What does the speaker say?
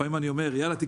לפעמים אני אומר לעצמי,